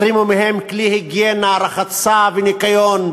החרימו מהם כלי היגיינה, רחצה וניקיון.